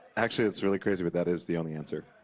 actually, it's really crazy, but that is the only answer.